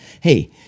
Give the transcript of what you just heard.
Hey